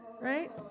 right